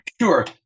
Sure